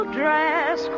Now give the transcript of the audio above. dress